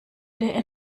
der